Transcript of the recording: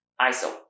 ISO